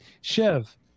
Chev